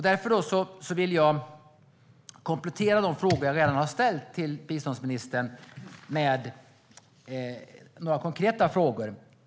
Därför vill jag komplettera de frågor som jag redan har ställt till biståndsministern och ställa några konkreta frågor.